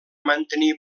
mantenir